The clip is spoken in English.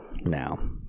Now